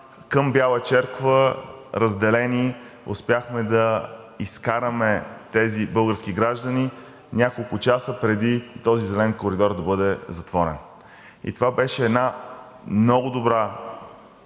към Бяла черква – разделени, успяхме да изкараме тези български граждани няколко часа, преди този зелен коридор да бъде затворен. Това беше една много добра